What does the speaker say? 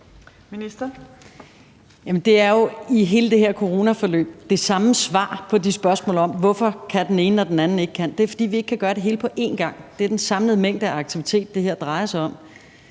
Det er jo i hele det her coronaforløb det samme svar, vi må give på de spørgsmål om, hvorfor den ene kan, når den anden ikke kan. Det er, fordi vi ikke kan gøre det hele på en gang. Det er den samlede mængde af aktivitet, det her drejer sig om,